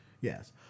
Yes